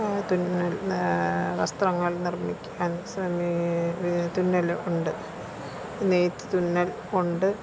തുന്നൽ വസ്ത്രങ്ങൾ നിർമ്മിക്കാൻ ശ്രമിക്കും തുന്നൽ ഉണ്ട് നെയ്ത്ത് തുന്നൽ ഉണ്ട്